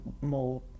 more